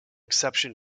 exception